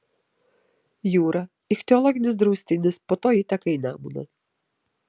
jūra ichtiologinis draustinis po to įteka į nemuną